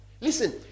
listen